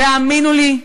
והאמינו לי,